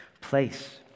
place